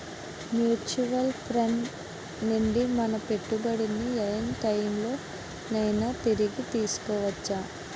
Mutual funds నుండి మన పెట్టుబడిని ఏ టైం లోనైనా తిరిగి తీసుకోవచ్చా?